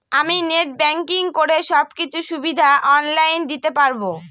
আমি net banking করে সব কিছু সুবিধা অন লাইন দিতে পারবো?